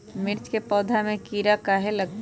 मिर्च के पौधा में किरा कहे लगतहै?